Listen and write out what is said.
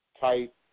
Type